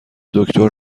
دکتر